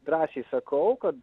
drąsiai sakau kad